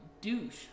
douche